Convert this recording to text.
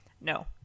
No